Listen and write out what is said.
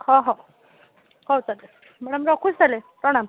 ହ ହଉ ହଉ ତାହେଲେ ମ୍ୟାଡ଼ାମ୍ ରଖୁଛି ତାହେଲେ ପ୍ରଣାମ୍